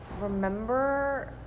remember